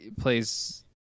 plays